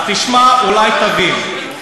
אז תשמע, אולי תבין.